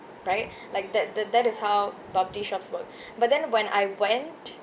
right like that tha~ that is how bubble tea shops work but then when I went